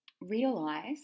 realize